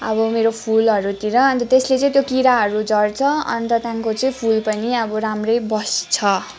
अब मेरो फुलहरूतिर अन्त त्यसले चाहिँ त्यो किराहरू झर्छ अन्त त्यहाँदेखिको चाहिँ फुल पनि अब राम्रै बस्छ